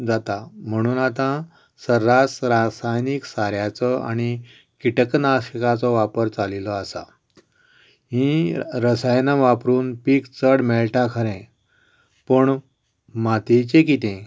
जाता म्हणून आतां सर्रास रासायनीक साऱ्याचो आनी किटकनाशकाचो वापर चलिल्लो आसा हीं रसायनां वापरून पीक चड मेळटा खरें पूण मातयेचें कितें